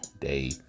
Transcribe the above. day